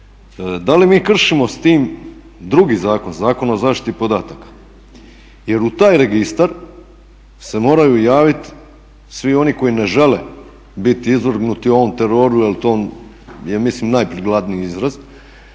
da li mi kršimo s tim drugi zakon, Zakon o zaštiti podataka jer u taj registar se moraju javiti svi oni koji ne žele biti izvrgnuti ovom teroru jer to je ja mislim najprikladniji izraz.